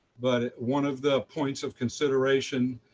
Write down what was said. but one of the points of consideration